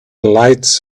lights